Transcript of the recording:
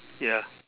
ya